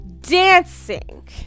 dancing